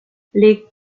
les